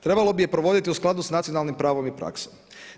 Trebalo bi je provoditi u skladu sa nacionalnim pravom i praksom.